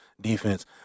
defense